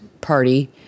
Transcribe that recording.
party